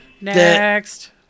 Next